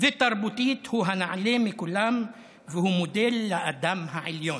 ותרבותית הוא הנעלה מכולם והוא מודל לאדם העליון,